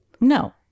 no